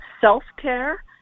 self-care